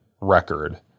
record